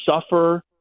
suffer